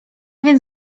więc